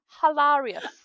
hilarious